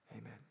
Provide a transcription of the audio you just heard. amen